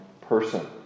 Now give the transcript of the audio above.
person